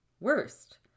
Worst